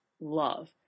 love